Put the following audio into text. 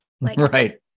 Right